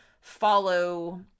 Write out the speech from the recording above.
follow